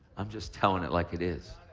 i'm just telling it like it is.